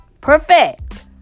perfect